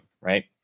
right